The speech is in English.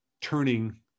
turning